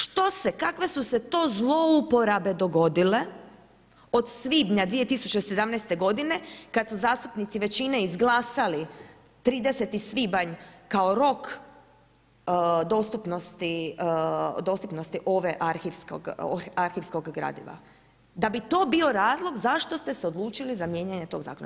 Što se kakve su se to zlouporabe dogodile, od svibnja 2017. g. kada su zastupnici većine izglasali 30. svibanj kao rok dostupnosti ove arhivskog gradiva, da bi to bio razlog zašto ste se odlučili za mijenjanje tog zakona.